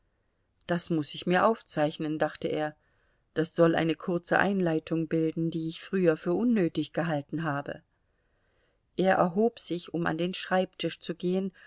das muß ich mir aufzeichnen dachte er das soll eine kurze einleitung bilden die ich früher für unnötig gehalten habe er erhob sich um an den schreibtisch zu gehen